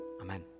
Amen